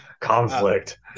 conflict